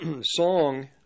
song